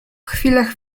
chwilach